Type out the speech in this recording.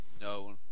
no